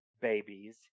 babies